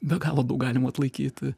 be galo daug galim atlaikyt